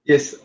Yes